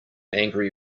angry